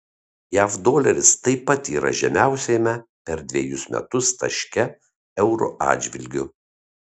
jav doleris taip pat yra žemiausiame per dvejus metus taške euro atžvilgiu